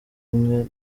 bumwe